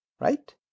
right